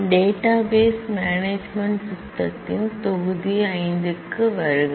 database management system ன் விரிவுரை 5 க்கு வருக